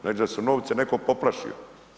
Znači da je novce neko poplašio.